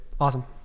Awesome